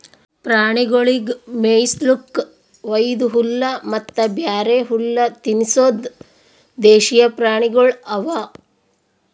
ಪ್ರಾಣಿಗೊಳಿಗ್ ಮೇಯಿಸ್ಲುಕ್ ವೈದು ಹುಲ್ಲ ಮತ್ತ ಬ್ಯಾರೆ ಹುಲ್ಲ ತಿನುಸದ್ ದೇಶೀಯ ಪ್ರಾಣಿಗೊಳ್ ಅವಾ